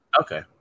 Okay